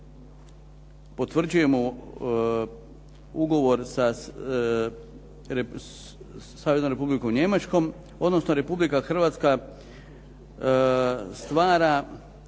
potvrđujemo ugovor sa Saveznom Republikom Njemačkom, odnosno Republika Hrvatska stvara